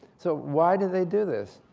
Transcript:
so why do they do this?